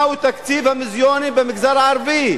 מהו תקציב המיליונים במגזר הערבי?